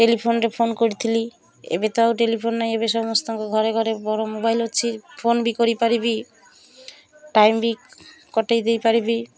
ଟେଲିଫୋନରେ phone କରିଥିଲି ଏବେ ତ ଆଉ ଟେଲିଫୋନ ନାଇଁ ଏବେ ସମସ୍ତଙ୍କ ଘରେ ଘରେ ବଡ଼ ମୋବାଇଲ ଅଛି ଫୋନ ବି କରିପାରିବି ଟାଇମ ବି କଟେଇ ଦେଇପାରିବି